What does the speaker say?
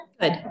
Good